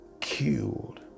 killed